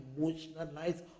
emotionalize